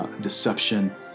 deception